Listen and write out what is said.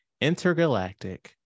intergalactic